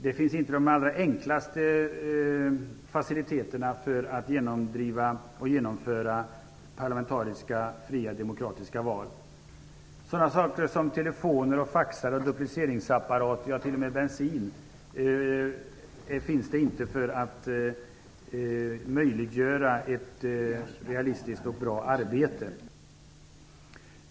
Det finns inte de allra enklaste faciliteterna för att genomdriva och genomföra parlamentariska fria, demokratiska val. Det finns inte sådant som telefoner, telefax, dupliceringsapparater - inte ens bensin - så att man kan möjliggöra ett realistiskt och bra arbete.